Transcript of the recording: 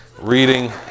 Reading